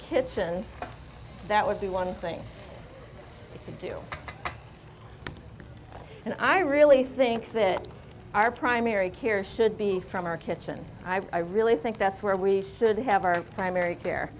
kitchen that would be one thing to do and i really think that our primary care should be from our kitchen i really think that's where we sit have our primary care